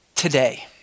today